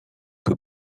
que